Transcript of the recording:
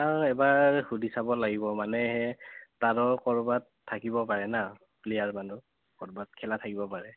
তাক এবাৰ সুধি চাব লাগিব মানে তাৰো ক'ৰবাত থাকিব পাৰে ন প্লেয়াৰ মানুহ ক'ৰবাত খেলা থাকিব পাৰে